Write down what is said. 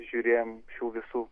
žiūrėjom šių visų